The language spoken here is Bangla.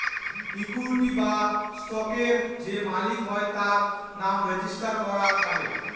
ইকুইটি বা স্টকের যে মালিক হয় তার নাম রেজিস্টার করা থাকে